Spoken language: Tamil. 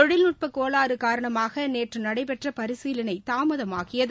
தொழில்நுட்ப கோளாறு காரணமாக நேற்று நடைபெற்ற பரிசீலனை தாமதமாகியது